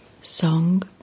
Song